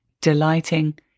delighting